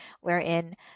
wherein